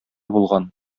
булган